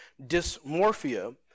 dysmorphia